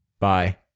Bye